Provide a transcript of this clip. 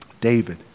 David